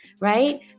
right